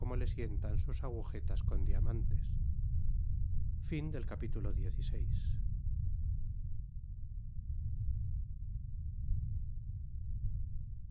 le sientan sus agujetas con diamantes